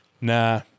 nah